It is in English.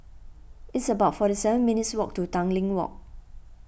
it's about forty seven minutes' walk to Tanglin Walk